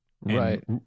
Right